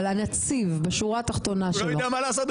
אבל הנציב בשורה התחתונה --- הוא לא יודע מה לעשות.